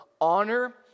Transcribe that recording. honor